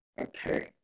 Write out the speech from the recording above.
Okay